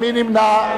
מי נמנע?